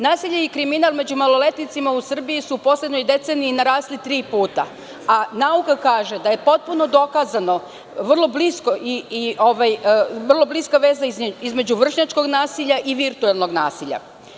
Nasilje i kriminal među maloletnicima u Srbiji su u poslednjoj deceniji narasli tri puta, a nauka kaže da je potpuno dokazano da je vrlo bliska veza između vršnjačkog nasilja i virtuelnog nasilja.